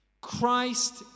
Christ